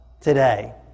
today